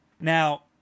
now